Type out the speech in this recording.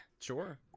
Sure